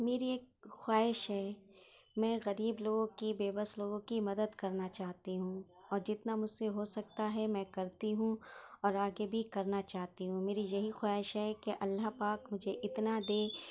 میری ایک خواہش ہے میں غریب لوگوں کی بے بس لوگوں کی مدد کرنا چاہتی ہوں اور جتنا مجھ سے ہو سکتا ہے میں کرتی ہوں اور آگے بھی کرنا چاہتی ہوں میری یہی خواہش ہے کہ اللہ پاک مجھے اتنا دے